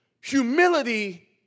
Humility